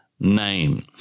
Name